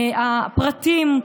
הפרטים,